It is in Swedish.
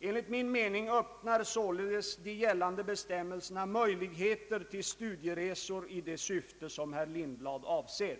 Enligt min mening öppnar således de gällande bestämmelserna möjlighet till studieresor i det syfte som herr Lindblad avser.